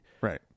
Right